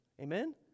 Amen